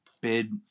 bid